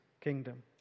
kingdom